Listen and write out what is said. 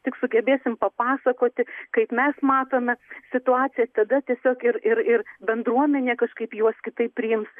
tik sugebėsim papasakoti kaip mes matome situaciją tada tiesiog ir ir ir bendruomenė kažkaip juos kitaip priims